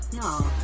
No